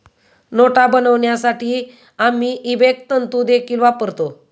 नोटा बनवण्यासाठी आम्ही इबेक तंतु देखील वापरतो